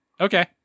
Okay